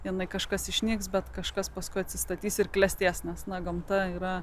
jinai kažkas išnyks bet kažkas paskui atsistatys ir klestės nes na gamta yra